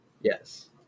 Yes